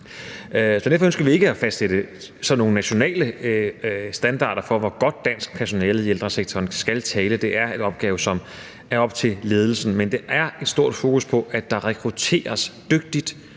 Derfor ønsker vi ikke at fastsætte sådan nogle nationale standarder for, hvor godt dansk personalet i ældresektoren skal tale, det er en opgave, som er op til ledelsen, men der er et stort fokus på, at der rekrutteres dygtigt,